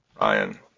Ryan